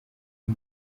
uyu